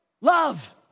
Love